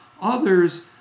others